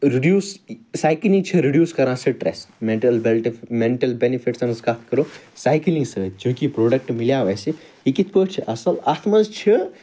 reduce cycling چھِ reduce کران stress mental mental بیٚنِفٹسَن ہٕنٛز کتھ کرو سایکٕلِنٛگ سۭتۍ چونٛکہ یہِ پرٛوڈَکٹہٕ مِلیٛاو اسہِ یہِ کِتھ پٲٹھۍ چھُ اصٕل اَتھ مَنٛز چھِ